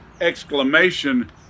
exclamation